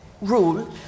rule